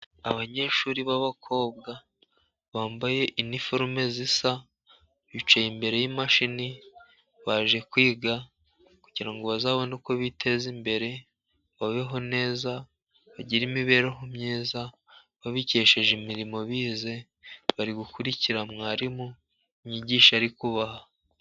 Abanyeshuri b'abakobwa bambaye iniforume isa, bicaye imbere y'imashini. Baje kwiga kugira ngo bazabone uko biteza imbere babeho neza, bagire imibereho myiza babikesheje imirimo bize. Bari gukurikira mwarimu inyigisho ari kubaha.